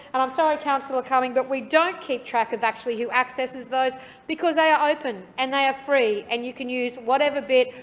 and i'm sorry, councillor cumming, but we don't keep track of actually who accesses those because they are open, and they are free, and you can use whatever bit,